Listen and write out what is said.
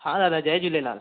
हा दादा जय झूलेलाल